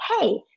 Hey